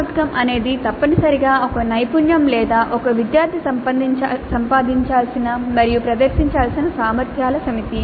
CO అనేది తప్పనిసరిగా ఒక నైపుణ్యం లేదా ఒక విద్యార్థి సంపాదించాల్సిన మరియు ప్రదర్శించాల్సిన సామర్థ్యాల సమితి